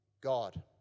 God